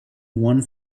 one